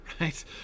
right